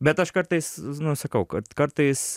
bet aš kartais sakau kad kartais